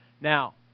Now